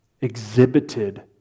exhibited